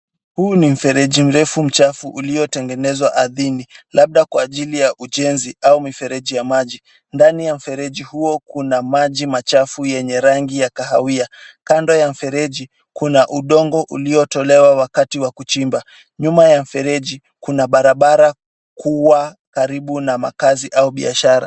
Huu ni mfereji mrefu mchafu uliotengenezwa ardhini labda kwa ajili ya ujenzi au mifereji ya maji. Ndani ya mfereji huo, kuna maji machafu yenye rangi ya kahawia. Kando ya mfereji kuna udongo uliotolewa wakati wa kuchimba. Nyuma ya mfereji kuna barabara kuwa karibu na makazi au biashara.